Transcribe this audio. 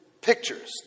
Pictures